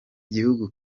gihugu